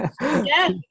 Yes